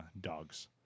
dogs